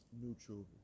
neutral